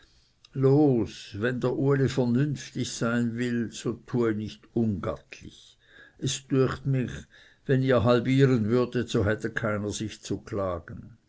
los wenn der uli vernünftig sein will so tue nicht ungattlich es düecht mich wenn ihr halbieren würdet so hätte keiner sich zu klagen